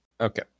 Okay